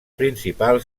principal